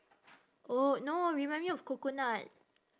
oh no remind me of coconut